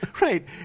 Right